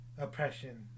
oppression